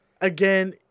again